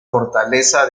fortaleza